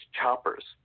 choppers